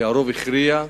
כי הרוב הכריע,